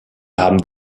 haben